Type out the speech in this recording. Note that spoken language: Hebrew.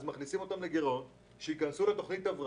מה שיקרה זה שהם ייכנסו לגירעון ולתכנית הבראה.